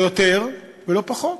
לא יותר ולא פחות.